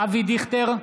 אבי דיכטר,